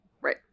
Right